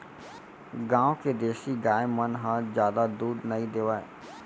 गॉँव के देसी गाय मन ह जादा दूद नइ देवय